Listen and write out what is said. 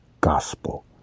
gospel